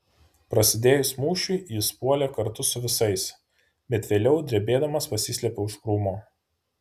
prasidėjus mūšiui jis puolė kartu su visais bet vėliau drebėdamas pasislėpė už krūmo